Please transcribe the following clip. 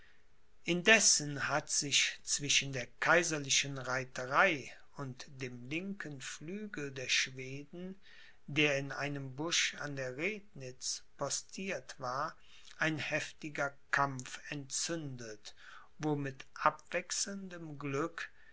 indessen hat sich zwischen der kaiserlichen reiterei und dem linken flügel der schweden der in einem busch an der rednitz postiert war ein heftiger kampf entzündet wo mit abwechselndem glück